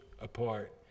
apart